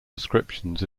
descriptions